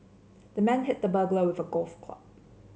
the man hit the with a golf club